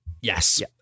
Yes